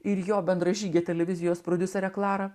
ir jo bendražygė televizijos prodiuserė klara